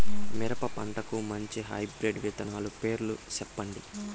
మిరప పంటకు మంచి హైబ్రిడ్ విత్తనాలు పేర్లు సెప్పండి?